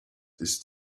ist